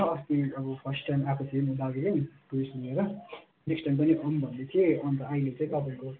अस्ति अब first time आएको थिएँ म दार्जिलिङ टुरिस्ट लिएर नेक्स्ट टाइम पनि आउँ भन्दैथिएँ अन्त अहिले चाहिँ तपाईँको